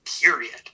period